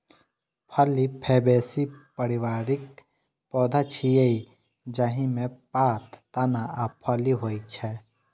फली फैबेसी परिवारक पौधा छियै, जाहि मे पात, तना आ फली होइ छै